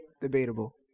debatable